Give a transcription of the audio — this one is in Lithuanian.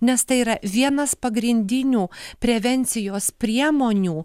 nes tai yra vienas pagrindinių prevencijos priemonių